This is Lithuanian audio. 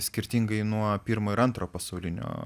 skirtingai nuo pirmo ir antro pasaulinio